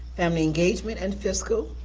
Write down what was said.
family engagement, and fiscal.